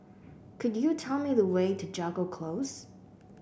could you tell me the way to Jago Close